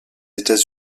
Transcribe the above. états